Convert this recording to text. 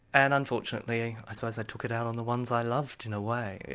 and unfortunately i suppose i took it out on the ones i loved in a way.